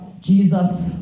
Jesus